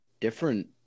different